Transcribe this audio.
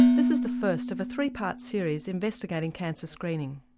this is the first of a three part series investigating cancer screening.